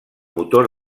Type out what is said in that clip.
motor